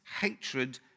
hatred